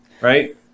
right